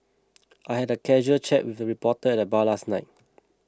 I had a casual chat with a reporter at the bar last night